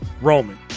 Roman